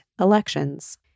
elections